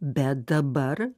bet dabar